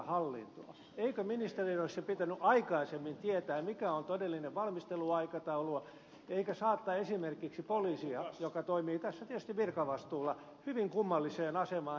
eikö ministerien olisi jo pitänyt aikaisemmin tietää mikä on todellinen valmisteluaikataulu eikä saattaa esimerkiksi poliisia joka toimii tässä tietysti virkavastuulla hyvin kummalliseen asemaan